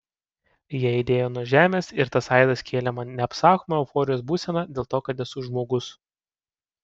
jie aidėjo nuo žemės ir tas aidas kėlė man neapsakomą euforijos būseną dėl to kad esu žmogus